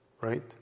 right